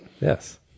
Yes